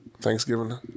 Thanksgiving